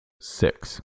six